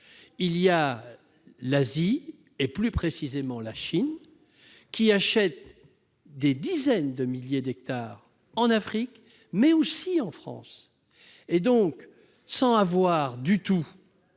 pays d'Asie, et plus précisément la Chine, achètent des dizaines de milliers d'hectares en Afrique, mais aussi en France. Donc, sans avoir la